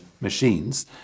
machines